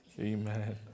Amen